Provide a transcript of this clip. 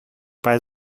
bei